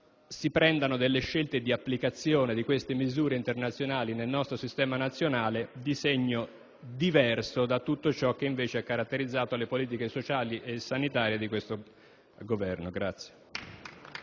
si assumano scelte volte ad applicare queste misure internazionali nel nostro sistema nazionale, di segno diverso rispetto a tutto ciò che, invece, ha caratterizzato le politiche sociali e sanitarie di questo Governo.